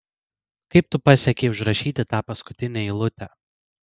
kaip tu pasiekei užrašyti tą paskutinę eilutę